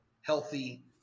healthy